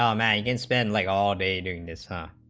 um and and spending like all day doing this, ah